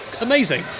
amazing